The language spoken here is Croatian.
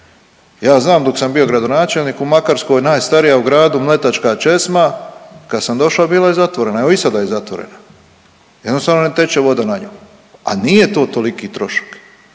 Ja znam dok sam bio gradonačelnik u Makarskoj, najstarija u gradu mletačka česma, kad sam došao bila je zatvorena, evo i sada je zatvorena, jednostavno ne teče voda na njoj, a nije to toliki trošak,